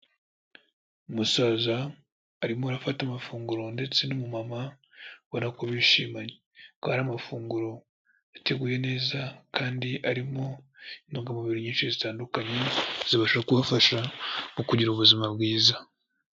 Amusaza arimo arafata amafunguro ndetse n'umumama ubona ko bishimanye, kuko amafunguro ateguye neza kandi arimo intungamubiri nyinshi zitandukanye zibasha kubafasha mu kugira ubuzima bwiza.